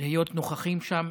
להיות נוכחים שם